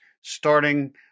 starting